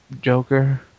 Joker